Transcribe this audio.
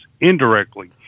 indirectly